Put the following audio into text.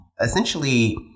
essentially